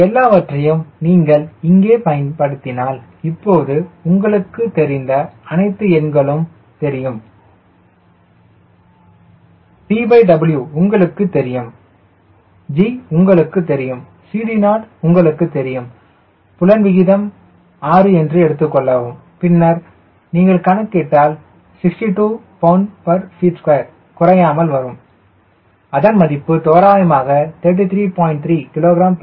இந்த எல்லாவற்றையும் நீங்கள் இங்கே பயன்படுத்தினால் இப்போது உங்களுக்குத் தெரிந்த அனைத்து எண்களும் தெரியும் TW உங்களுக்குத் தெரியும் G உங்களுக்குத் தெரியும் CD0 உங்களுக்கு தெரியும் புலன் விகிதம் 6 என்று எடுத்துக் கொள்ளவும் பின்னர் நீங்கள் கணக்கிட்டால் 62 lbft2 குறையாமல் வரும் அதன் மதிப்பு தோராயமாக 33